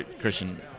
Christian